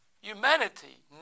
Humanity